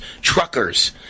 Truckers